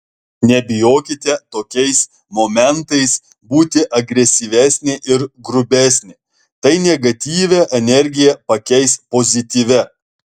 nebijokite tokiais momentais būti agresyvesnė ir grubesnė tai negatyvią energiją pakeis pozityvia